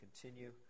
continue